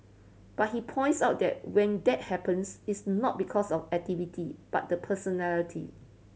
but he points out that when that happens it's not because of activity but the personality